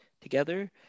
together